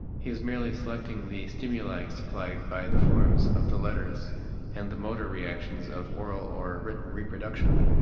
he is merely selecting the stimuli supplied by the forms of the letters and the motor reactions of oral or written reproduction.